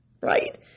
Right